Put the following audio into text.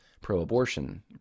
pro-abortion